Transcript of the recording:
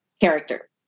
character